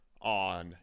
on